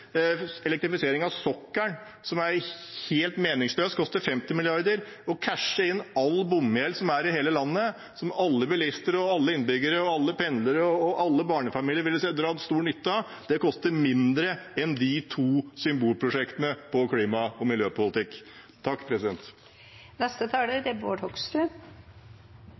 50 mrd. kr. Å cashe inn all bomgjeld som er i hele landet, som alle bilister, alle innbyggere, alle pendlere og alle barnefamilier ville ha dratt stor nytte av, koster mindre enn de to symbolprosjektene på klima- og miljøpolitikk. Først til representanten Nævra, som sa at det gikk på autopilot. Nei, det går ikke på autopilot, men det handler om at vi er